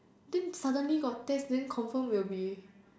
then suddenly got test then confirm will be